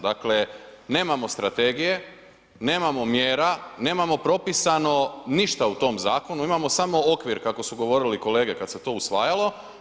Dakle nemamo strategije, nemamo mjera, nemamo propisano ništa u tom zakonu, imamo samo okvir kako su govorili kolege kada se to usvajalo.